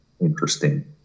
Interesting